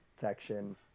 section